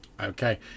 Okay